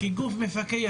כגוף מפקח